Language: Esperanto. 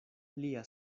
lia